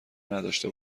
نداشته